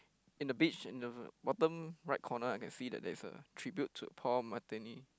in the beach in the bottom right corner I can see that there's a tribute to Paul-Mattony